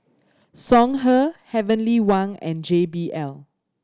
Songhe Heavenly Wang and J B L